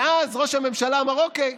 ואז ראש הממשלה אמר: אוקיי,